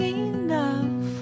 enough